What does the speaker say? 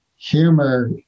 Humor